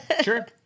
Sure